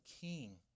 king